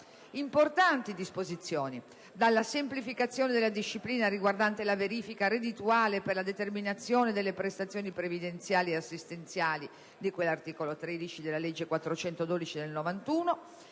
importanti disposizioni vanno dalla semplificazione della disciplina riguardante la verifica reddituale per la determinazione delle prestazioni previdenziali ed assistenziali di cui all'articolo 13 della legge n. 412 del 1991,